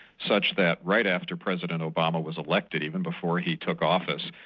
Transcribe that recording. such that right after president obama was elected, even before he took office,